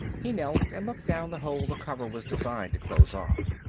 he knelt and looked down the hole the cover was designed to close off.